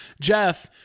Jeff